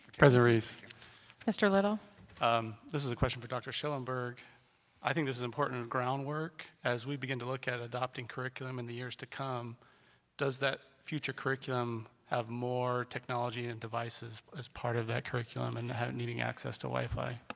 president reese mr. little um this is a question for dr. shillingburg i think this is important ground work as we begin to look at adopting curriculum in the years to come does that future curriculum have more technology and devices as part of that curriculum and needing access to wifi